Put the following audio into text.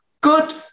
good